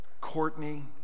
Courtney